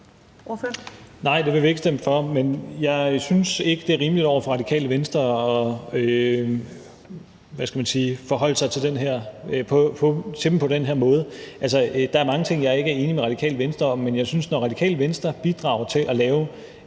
Nej, det vil vi ikke stemme for. Og jeg synes ikke, at det er rimeligt over for Radikale Venstre at gå til det på den her måde. Altså, der er mange ting, jeg ikke er enig med Radikale Venstre i, men jeg synes, at når Radikale Venstre bidrager til at lave